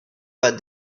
what